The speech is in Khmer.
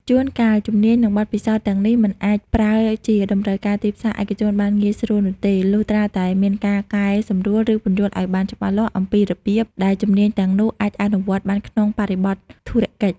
ជួនកាល ជំនាញ និងបទពិសោធន៍ទាំងនេះមិនអាចប្រើជាតម្រូវការទីផ្សារឯកជនបានងាយស្រួលនោះទេ លុះត្រាតែមានការកែសម្រួល ឬពន្យល់ឱ្យបានច្បាស់លាស់អំពីរបៀបដែលជំនាញទាំងនោះអាចអនុវត្តបានក្នុងបរិបទធុរកិច្ច។